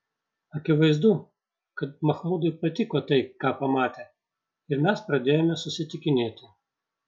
akivaizdu kad machmudui patiko tai ką pamatė ir mes pradėjome susitikinėti